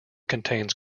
contains